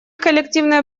коллективное